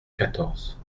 quatorze